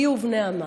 היא ובני עמה.